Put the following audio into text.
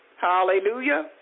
Hallelujah